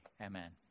Amen